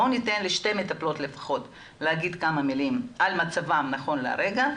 בואו ניתן לשתי מטפלות לפחות כמה מילים על מצבם נכון להירגע,